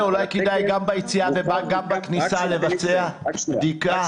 אולי כדאי גם ביציאה וגם בכניסה לבצע בדיקה?